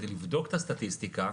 כדי לבדוק את הסטטיסטיקה,